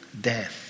death